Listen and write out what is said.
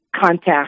contact